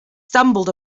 stumbled